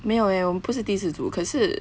没有 eh 我不是第一次煮可是